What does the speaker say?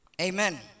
Amen